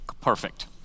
Perfect